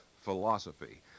philosophy